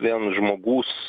vis vien žmogus